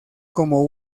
como